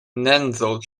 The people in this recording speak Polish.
nędzą